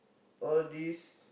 all these